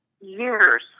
years